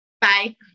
Bye